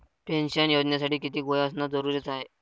Pension योजनेसाठी कितीक वय असनं जरुरीच हाय?